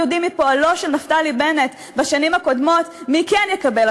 יודעים מפועלו של נפתלי בנט בשנים הקודמות מי כן יקבל,